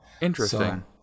interesting